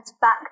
back